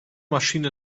maschine